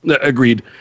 agreed